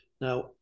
now